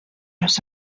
los